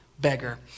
Beggar